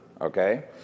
okay